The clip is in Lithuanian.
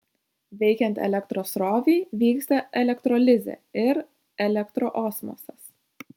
veikiant elektros srovei vyksta elektrolizė ir elektroosmosas